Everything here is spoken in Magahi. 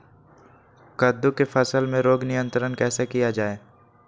कददु की फसल में रोग नियंत्रण कैसे किया जाए?